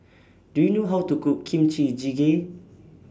Do YOU know How to Cook Kimchi Jjigae